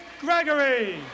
Gregory